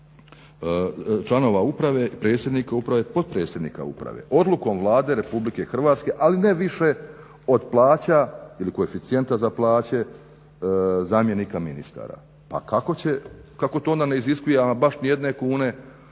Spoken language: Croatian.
članova uprave, predsjednika uprave, potpredsjednika uprave odlukom Vlade Republike Hrvatske, ali ne više od plaća ili koeficijenta za plaće zamjenika ministara". A kako će, kako to onda ne iziskuje ama baš ni jedne kune